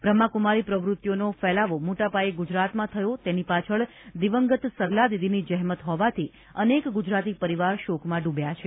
બ્રહ્માકુમારી પ્રવૃત્તિઓનો ફેલાવો મોટાપાયે ગુજરાતમાં થયો તેની પાછળ દિવંગત સરલાદીદીની જહેમત હોવાથી અનેક ગુજરાતી પરિવાર શોકમાં ડૂબ્યા છે